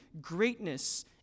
greatness